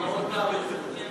אני מאוד מעריך את זה.